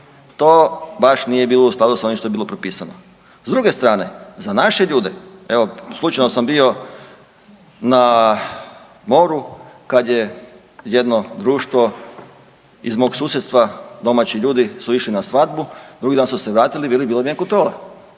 to baš nije bilo u skladu s onim što je bilo propisano. S druge strane, za naše ljude, evo, slučajno sam bio na moru kad je jedno društvo iz mog susjedstva, domaći ljudi su išli na svadbu, drugi dan su se vratili, veli, bila im je kontrola.